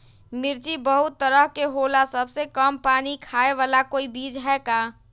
मिर्ची बहुत तरह के होला सबसे कम पानी खाए वाला कोई बीज है का?